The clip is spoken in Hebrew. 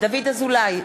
דוד אזולאי,